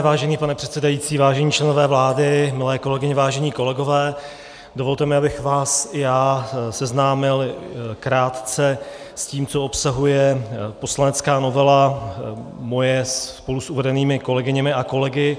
Vážený pane předsedající, vážení členové vlády, milé kolegyně, vážení kolegové, dovolte mi, abych vás i já seznámil krátce s tím, co obsahuje poslanecká novela, moje spolu s uvedenými kolegyněmi a kolegy.